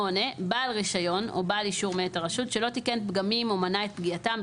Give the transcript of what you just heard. בעל רישיון או בעל אישור מאת הרשות שלא תיקן פגמים או מנע את פגיעתם,